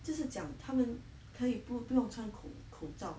就是讲他们可以不不用穿口口罩